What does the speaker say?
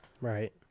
Right